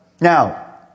Now